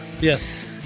Yes